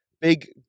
big